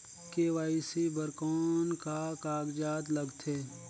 KYC बर कौन का कागजात लगथे?